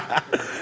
thirty seconds